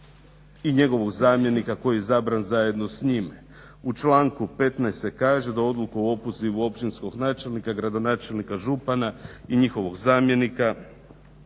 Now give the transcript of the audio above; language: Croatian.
njihov zamjenik koji je izabran zajedno s njime. U članku 15.se kaže da odluku o opozivu općinski načelnik, gradonačelnik, župana njihov zamjenik